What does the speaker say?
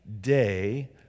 day